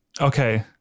okay